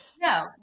No